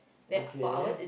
okay